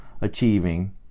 achieving